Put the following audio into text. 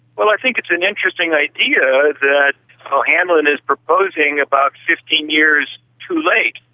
well, i think it's an interesting idea that o'hanlon is proposing, about fifteen years too late.